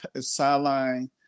sideline